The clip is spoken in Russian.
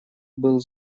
был